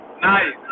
Nice